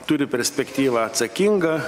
turi perspektyvą atsakinga